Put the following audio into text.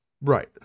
right